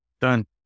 Done